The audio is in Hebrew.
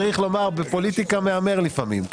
צריך לומר בפוליטיקה מהמר לפעמים.